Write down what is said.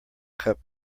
cup